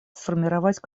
сформировать